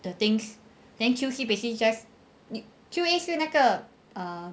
the things then Q_C basically just Q_A 是那个